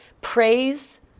praise